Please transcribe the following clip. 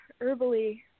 herbally